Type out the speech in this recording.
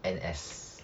N_S